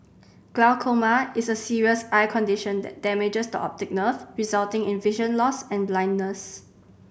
glaucoma is a serious eye condition that damages the optic nerve resulting in vision loss and blindness